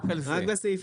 רק על זה.